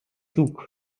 zug